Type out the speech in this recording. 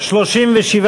בירן לסעיף 22 לא נתקבלה.